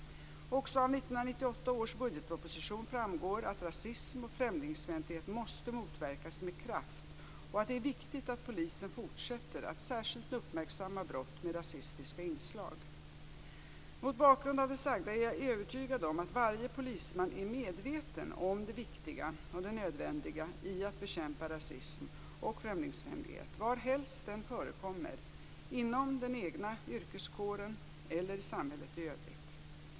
Också av 1998 års budgetproposition framgår att rasism och främlingsfientlighet måste motverkas med kraft och att det är viktigt att polisen fortsätter att särskilt uppmärksamma brott med rasistiska inslag. Mot bakgrund av det sagda är jag övertygad om att varje polisman är medveten om det viktiga och det nödvändiga i att bekämpa rasism och främlingsfientlighet varhelst den förekommer, inom den egna yrkeskåren eller i samhället i övrigt.